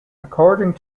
according